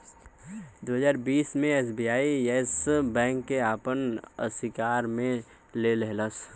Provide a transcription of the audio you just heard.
दू हज़ार बीस मे एस.बी.आई येस बैंक के आपन अशिकार मे ले लेहलस